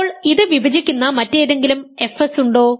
ഇപ്പോൾ ഇത് വിഭജിക്കുന്ന മറ്റേതെങ്കിലും fs ഉണ്ടോ